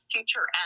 Future